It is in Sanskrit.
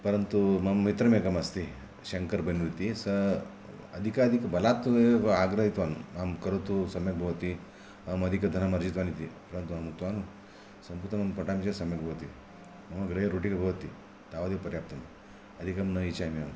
परन्तु मम मित्रम् एकमस्ति शङ्कर् बेन्नूर् इति सः अधिकाधिकबलात् आग्रहितवान् भवान् करोतु सम्यक् भवति अहमधिकं धनम् अर्जितवान् इति परन्तु अहम् उक्तवान् संस्कृतमहं पठामि चेत् सम्यक् भवति मम गृहे रोटिका भवति तावदेव पर्याप्तम् अधिकं न इच्छामि अहम्